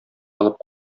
алып